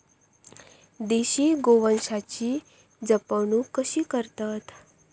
देशी गोवंशाची जपणूक कशी करतत?